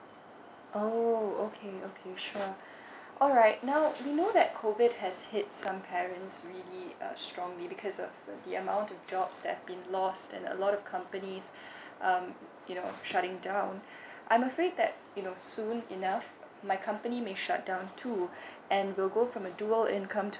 oh okay okay sure alright now we know that c_O_V_I_D has hit some parents me the uh strongly because of the the amount of jobs that have been lost and a lot of companies um you know shutting down I'm afraid that you know soon enough my company may shut down too and we'll go from a dual income to